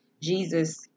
Jesus